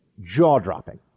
jaw-dropping